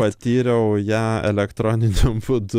patyriau ją elektroniniu būdu